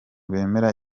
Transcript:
bemera